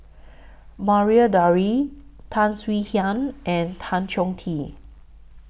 Maria Dyer Tan Swie Hian and Tan Chong Tee